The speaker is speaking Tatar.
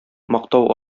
мактау